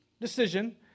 decision